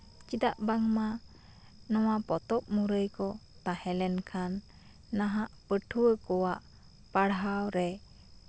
ᱪᱮᱫᱟᱜ ᱵᱟᱝᱢᱟ ᱱᱚᱣᱟ ᱯᱚᱛᱚᱵ ᱢᱩᱨᱟᱹᱭ ᱠᱚ ᱛᱟᱦᱮᱸ ᱞᱮᱱᱠᱷᱟᱱ ᱱᱟᱦᱟᱜ ᱯᱟᱹᱴᱷᱩᱣᱟᱹ ᱠᱚᱣᱟᱜ ᱯᱟᱲᱦᱟᱣᱨᱮ